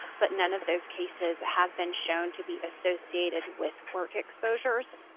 but none of those cases have been shown to be associated with work exposures.